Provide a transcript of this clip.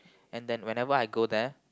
and then whenever I go there